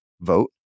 vote